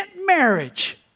marriage